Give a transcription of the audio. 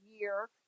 year